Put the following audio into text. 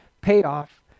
payoff